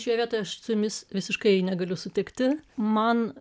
šioje vietoje aš su jumis visiškai negaliu sutikti man